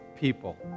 people